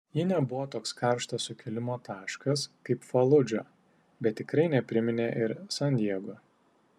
ji nebuvo toks karštas sukilimo taškas kaip faludža bet tikrai nepriminė ir san diego